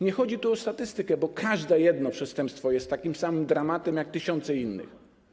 Nie chodzi tu o statystykę, bo każde przestępstwo jest takim samym dramatem jak tysiące innych.